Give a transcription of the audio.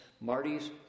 Marty's